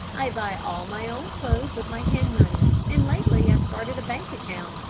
i buy all my own clothes with my hen money, and lately i've started a bank account,